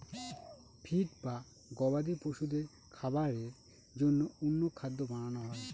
feed বা গবাদি পশুদের খাবারের জন্য অন্য খাদ্য বানানো হয়